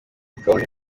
kabone